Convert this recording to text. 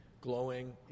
glowing